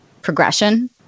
progression